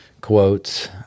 quotes